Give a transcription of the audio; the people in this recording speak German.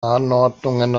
anordnungen